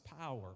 power